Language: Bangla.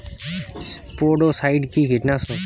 স্পোডোসাইট কি কীটনাশক?